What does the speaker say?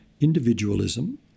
individualism